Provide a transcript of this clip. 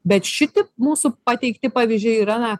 bet šitip mūsų pateikti pavyzdžiai yra na